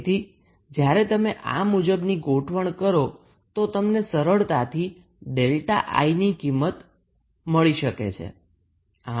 તેથી જ્યારે તમે આ મુજબની ગોઠવણ કરો તો તમને સરળતાથી 𝛥𝐼 ની કિંમત મેળૅવી શકો છો